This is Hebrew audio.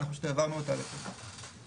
אנחנו פשוט העברנו אותה לפה.